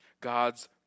God's